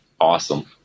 Awesome